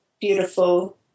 beautiful